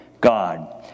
God